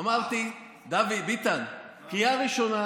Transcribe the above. אמרתי, דוד ביטן, שבקריאה הראשונה